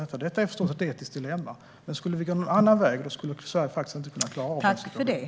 Det är ett etiskt dilemma. Skulle vi gå en annan väg skulle Sverige praktiskt inte kunna klara av detta.